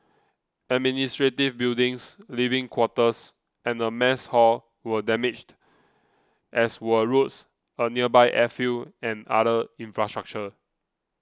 administrative buildings living quarters and a mess hall were damaged as were roads a nearby airfield and other infrastructure